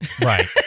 Right